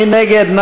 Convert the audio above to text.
מי נגד?